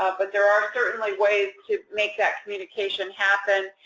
ah but there are certainly ways to make that communication happen,